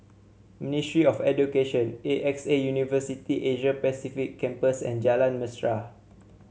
Ministry of Education A X A University Asia Pacific Campus and Jalan Mesra